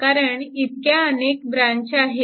कारण इतक्या अनेक ब्रँच आहेत